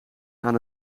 aan